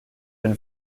been